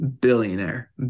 billionaire